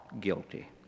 Guilty